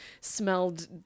smelled